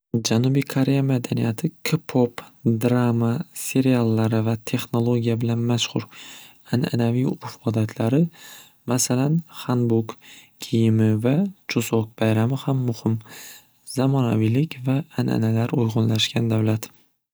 Janubiy koreya madaniyati kpop, drama, seriallar va texnologiya bilan mashxur an'anaviy urf odatlari masalan hanbuk kiyimi va chusoq bayrami ham muhim zamonaviylik va an'analar uyg'unlashgan davlat.